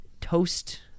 toast